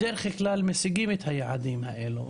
בדרך כלל משיגים את היעדים האלה,